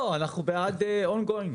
אנחנו בעד On going.